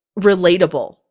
relatable